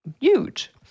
Huge